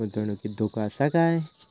गुंतवणुकीत धोको आसा काय?